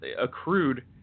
accrued